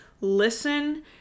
listen